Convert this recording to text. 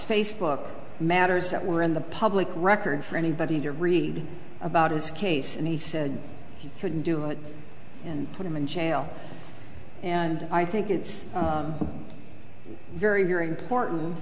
facebook matters that were in the public record for anybody to read about his case and he said he couldn't do it and put him in jail and i think it's very very important